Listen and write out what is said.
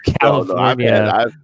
California